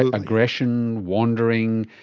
ah aggression, wandering,